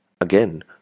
Again